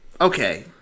okay